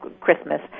Christmas